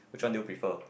which one do you prefer